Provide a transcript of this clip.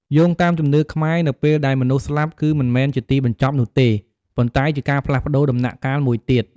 យោងតាមជំនឿខ្មែរ នៅពេលដែលមនុស្សស្លាប់ គឺមិនមែនជាទីបញ្ចប់នោះទេ ប៉ុន្តែជាការផ្លាស់ប្ដូរដំណាក់កាលមួយទៀត។